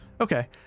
Okay